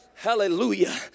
Hallelujah